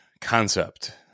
concept